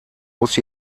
muss